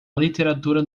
literatura